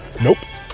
Nope